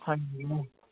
ꯈꯪꯗꯦꯅꯦ